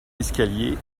escalier